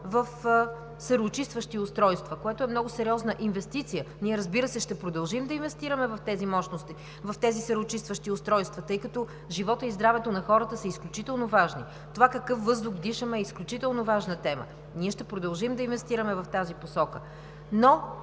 в сероочистващи устройства, което е много сериозна инвестиция. Ние, разбира се, ще продължим да инвестираме в тези мощности, в тези сероочистващи устройства, тъй като животът и здравето на хората са изключително важни. Това какъв въздух дишаме е изключително важна тема. Ние ще продължим да инвестираме в тази посока, но